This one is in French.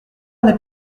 n’est